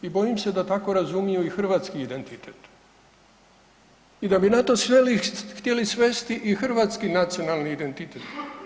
I bojim se da tako ne razumiju i hrvatski identitet i da bi na to sveli i htjeli svijesti i hrvatski nacionalni identitet.